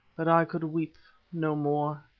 but i could weep no more.